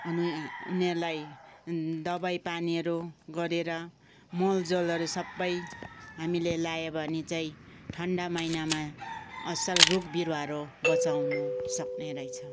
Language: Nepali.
अनि उनेरलाई दबाई पानीहरू गरेर मलजलहरू सबै हामीले लायो भने चाहिँ ठन्डा महिनामा असल रुख बिरुवाहरू बचाउनु सक्ने रैछ